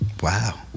Wow